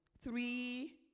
three